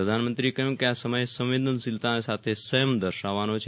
પ્રદ્યાનમંત્રીએ કહ્યું કે આ સમય સંવેદનશીલતા સાથે સંચમ દર્શાવવાનો છે